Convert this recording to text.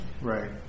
Right